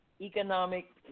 Economic